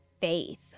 faith